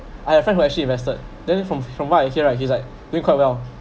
I have friend who actually invested then from from what I hear right he is like doing quite well